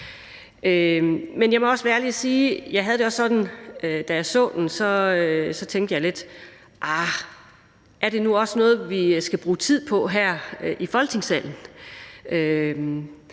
at jeg også havde det sådan, da jeg så den, at jeg lidt tænkte: Arh, er det nu også noget, vi skal bruge tid på her i Folketingssalen?